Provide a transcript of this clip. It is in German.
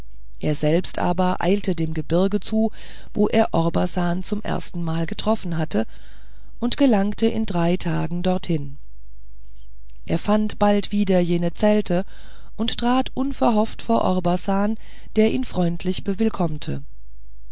er selbst aber eilte dem gebirge zu wo er orbasan zum erstenmal getroffen hatte und gelangte in drei tagen dahin er fand bald wieder jene zelte und trat unverhofft vor orbasan der ihn freundlich